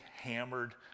hammered